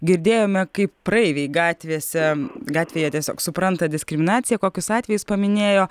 girdėjome kaip praeiviai gatvėse gatvėje tiesiog supranta diskriminaciją kokius atvejus paminėjo